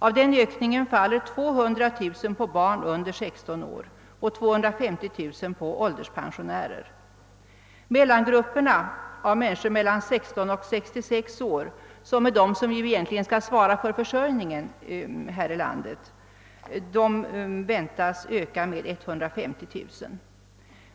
Av ökningen faller 200 000 på barn under 16 år och 250 000 på ålderspensionärer. Mellangrupperna — personer mellan 16 och 66 år — vilka ju är de som egentligen skall svara för försörjningen väntas öka med 150 000.